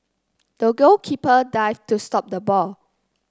the goalkeeper dived to stop the ball